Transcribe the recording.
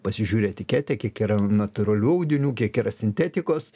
pasižiūri etiketę kiek yra natūralių audinių kiek yra sintetikos